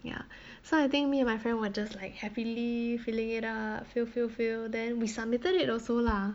ya so I think me and my friend were just like happily filling it up fill fill fill then we submitted it also lah